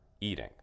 eating